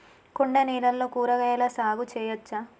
కొండ నేలల్లో కూరగాయల సాగు చేయచ్చా?